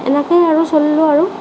এনেকেই আৰু চলিলোঁ আৰু